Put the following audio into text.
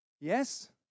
Yes